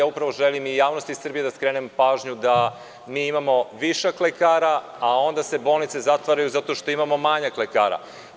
Upravo želim i javnosti Srbije da skrenem pažnju da mi imamo višak lekara, a onda se bolnice zatvaraju zato što imamo manjak lekara.